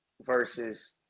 versus